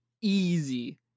easy